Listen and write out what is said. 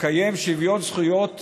תקיים שוויון זכויות